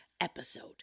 episode